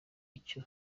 icyo